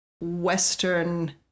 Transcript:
Western